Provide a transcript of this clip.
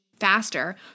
faster